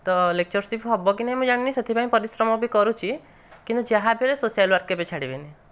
ତ ଲେକ୍ଚରସିପ୍ ହେବ କି ନାଇଁ ମୁଁ ଜାଣିନି ସେଥିପାଇଁ ପରିଶ୍ରମ ବି କରୁଛି କିନ୍ତୁ ଯାହା ବି ହେଲେ ସୋସିଆଲ୍ ୱାର୍କ କେବେ ଛାଡ଼ିବିନି